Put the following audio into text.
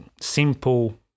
simple